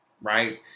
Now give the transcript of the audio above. right